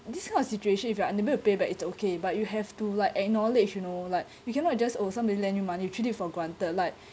this kind of situation if you are unable to pay back it's okay but you have to like acknowledge you know like you cannot just oh somebody you lend you money you treat it for granted like